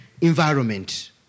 environment